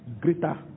Greater